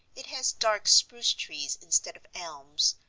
it has dark spruce trees instead of elms,